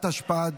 התשפ"ד,